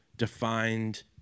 defined